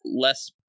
less